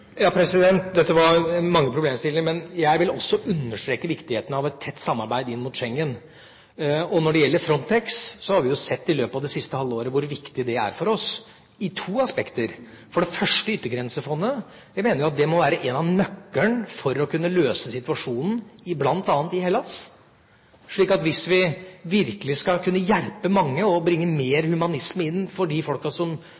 Dette var mange problemstillinger. Jeg vil også understreke viktigheten av et tett samarbeid inn mot Schengen. Når det gjelder Frontex, har vi sett i løpet av det siste halvåret hvor viktig det er for oss i to aspekter, for det første Yttergrensefondet. Jeg mener jo at det må være en av nøklene for å kunne løse situasjonen bl.a. i Hellas. Hvis vi virkelig skal kunne hjelpe mange og bringe mer humanisme inn for de folkene som